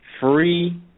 free